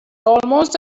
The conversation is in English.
almost